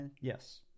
Yes